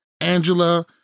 Angela